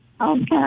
okay